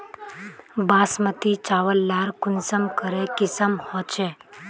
बासमती चावल लार कुंसम करे किसम होचए?